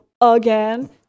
again